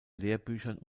lehrbüchern